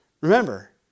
Remember